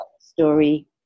story